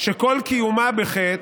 שכל קיומה בחטא,